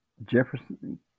jefferson